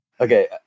okay